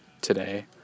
today